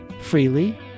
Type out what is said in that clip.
freely